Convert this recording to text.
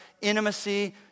intimacy